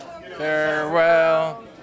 Farewell